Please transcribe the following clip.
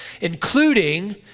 including